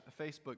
Facebook